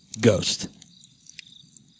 Ghost